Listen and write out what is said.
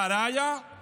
והראיה היא